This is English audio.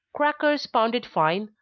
crackers pounded fine,